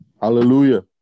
Hallelujah